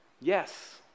Yes